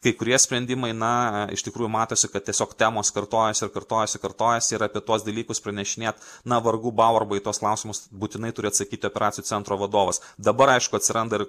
kai kurie sprendimai na iš tikrųjų matosi kad tiesiog temos kartojasi ir kartojasi kartojasi ir apie tuos dalykus pranešinėt na vargu bau arba į tuos klausimus būtinai turi atsakyti operacijų centro vadovas dabar aišku atsiranda ir